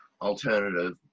alternative